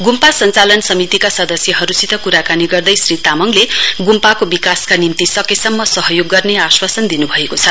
गुम्पा सञ्चालन समितिका सदस्यहरुसित कुराकानी गर्दै श्री तामङले गुम्पाको विकासका निम्ति सकेसम्म सहयोग गर्ने आश्वासन दिनुभएको छ